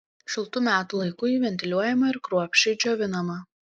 šiltu metų laiku ji ventiliuojama ir kruopščiai džiovinama